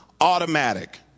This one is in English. automatic